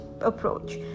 approach